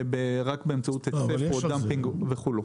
רק באמצעות מחיר וכו'.